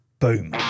Boom